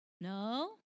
No